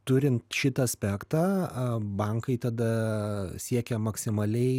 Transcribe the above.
turint šitą aspektą bankai tada siekia maksimaliai